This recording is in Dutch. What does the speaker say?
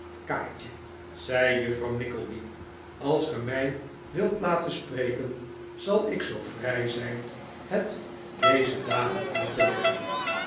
kaatje zei juffrouw nickleby als ge mij wilt laten spreken zal ik zoo vrij zijn het deze dame uit te leggen